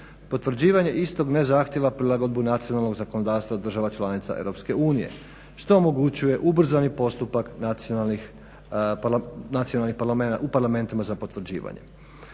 potvrđivanje istog ne zahtijeva prilagodbu nacionalnog zakonodavstva država članica EU što omogućuje ubrzani postupak nacionalnih parlamenata, u parlamentima za potvrđivanje.